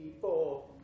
four